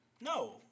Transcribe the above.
No